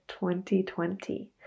2020